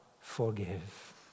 forgive